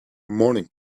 morning